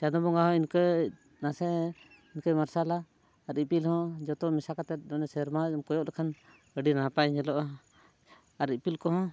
ᱪᱟᱸᱫᱳ ᱵᱚᱸᱜᱟ ᱦᱚᱸ ᱤᱱᱠᱟᱹ ᱱᱟᱥᱮ ᱤᱱᱠᱟᱹᱭ ᱢᱟᱨᱥᱟᱞᱟ ᱟᱨ ᱤᱯᱤᱞ ᱦᱚᱸ ᱡᱚᱛᱚ ᱢᱮᱥᱟ ᱠᱟᱛᱮᱫ ᱥᱮᱨᱢᱟᱢ ᱠᱚᱭᱚᱜ ᱞᱮᱠᱷᱟᱱ ᱟᱹᱰᱤ ᱱᱟᱯᱟᱭ ᱧᱮᱞᱚᱜᱼᱟ ᱟᱨ ᱤᱯᱤᱞ ᱠᱚᱦᱚᱸ